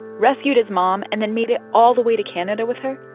rescued his mom and then made it all the way to canada with her?